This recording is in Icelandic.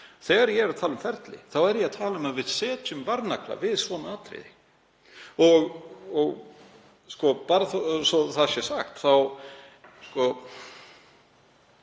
Þegar ég er að tala um ferli þá er ég að tala um að við sláum varnagla við svona atriði. Bara svo það sé sagt þá er